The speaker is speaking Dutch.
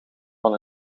van